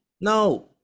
No